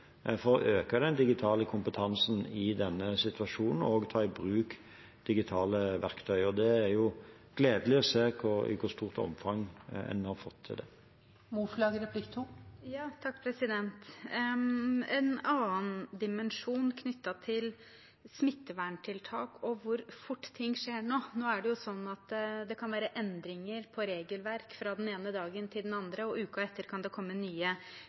for å øke den digitale kompetansen i denne situasjonen og ta i bruk digitale verktøy, og det er gledelig å se i hvor stort omfang en har fått til det. En annen dimensjon knyttet til smitteverntiltak og hvor fort ting skjer nå: Nå er det jo sånn at det kan være endringer i regelverk fra den ene dagen til den andre, og uka etter kan det komme nye